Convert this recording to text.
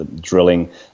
drilling